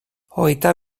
hogeita